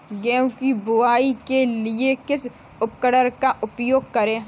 गेहूँ की बुवाई के लिए किस उपकरण का उपयोग करें?